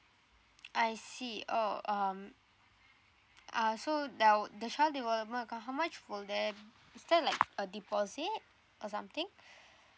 I see oh um uh so the o~ the child development account how much will there is that like a deposit or something